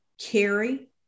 carry